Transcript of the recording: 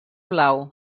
blau